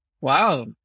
Wow